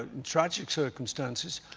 tragic circumstances.